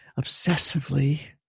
obsessively